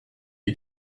est